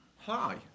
Hi